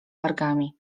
wargami